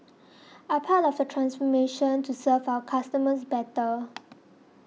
are part of the transformation to serve our customers better